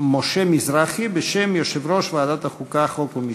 משה מזרחי, בשם יושב-ראש ועדת החוקה, חוק ומשפט.